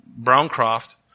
Browncroft